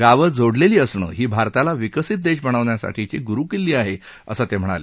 गाव जोडलेली असणं ही भारताला विकसित देश बनवण्यासाठी ची गुरुकिल्ली आहे असं ते म्हणाले